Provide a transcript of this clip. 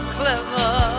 clever